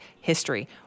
history